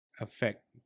affect